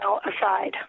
aside